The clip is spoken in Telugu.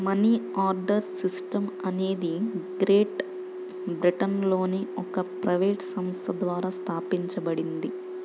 మనీ ఆర్డర్ సిస్టమ్ అనేది గ్రేట్ బ్రిటన్లోని ఒక ప్రైవేట్ సంస్థ ద్వారా స్థాపించబడింది